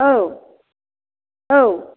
औ औ